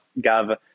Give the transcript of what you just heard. Gov